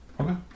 Okay